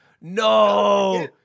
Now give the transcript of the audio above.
No